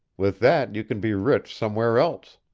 with that you can be rich somewhere else.